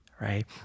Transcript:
right